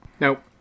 Nope